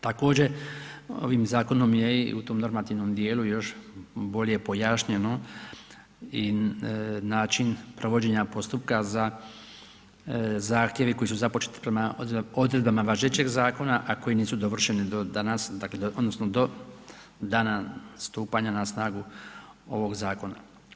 Također ovim zakonom je i u tom normativnom djelu još bolje pojašnjeno i način provođenja postupka za zahtjeve koji su započeti prema odredbama važećeg zakona a koji nisu dovršeni do danas odnosno do dana stupanja na snagu ovog zakona.